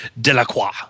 Delacroix